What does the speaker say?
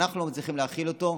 ואנחנו לא מצליחים להכיל אותו,